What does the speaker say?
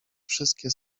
wszystkie